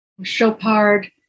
Chopard